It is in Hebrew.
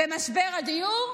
ומשבר הדיור?